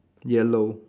yellow